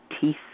teeth